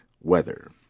weather